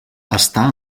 està